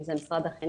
אם זה משרד החינוך,